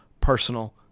personal